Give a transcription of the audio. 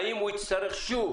האם הוא יצטרך שוב